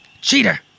Cheater